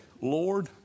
Lord